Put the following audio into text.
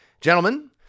Gentlemen